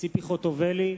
ציפי חוטובלי,